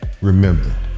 Remember